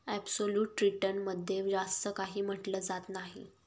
absolute return मध्ये जास्त काही म्हटलं जात नाही